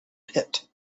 pit